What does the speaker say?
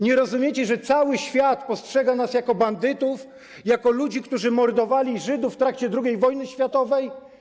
Nie rozumiecie, że cały świat postrzega nas jako bandytów, jako ludzi, którzy mordowali Żydów w trakcie II wojny światowej?